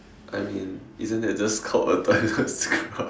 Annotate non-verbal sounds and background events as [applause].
I mean isn't that just called a toilet scrub [laughs]